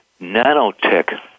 nanotech